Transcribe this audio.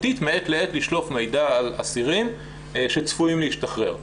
מעת לעת לשלוף מידע על אסירים שצפויים להשתחרר.